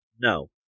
No